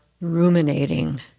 ruminating